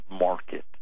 market